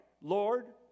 Lord